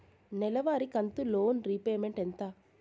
నెలవారి కంతు loan repayment ఎంత?